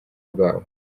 bwabo